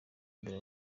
mbere